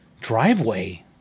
driveway